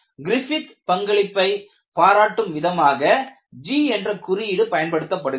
Griffith பங்களிப்பை பாராட்டும் விதமாக G என்ற குறியீடு பயன்படுத்தப்படுகிறது